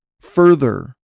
further